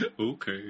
Okay